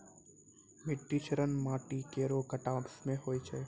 मिट्टी क्षरण माटी केरो कटाव सें होय छै